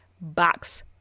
box